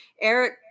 Eric